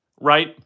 right